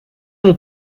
mon